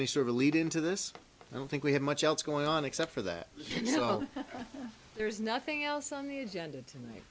a sort of a lead into this i don't think we have much else going on except for that you know there's nothing else on the agenda tonight